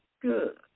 good